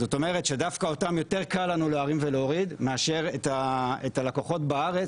זאת אומרת שדווקא אותם יותר קל לנו להרים ולהוריד מאשר את הלקוחות בארץ